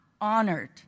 honored